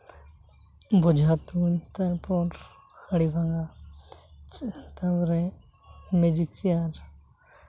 ᱵᱮᱡᱷᱟ ᱛᱩᱧ ᱛᱟᱨᱯᱚᱨ ᱦᱟᱺᱬᱤ ᱵᱷᱟᱝᱜᱟ ᱛᱟᱯᱚᱨᱮ ᱢᱮᱡᱤᱠ ᱪᱮᱭᱟᱨ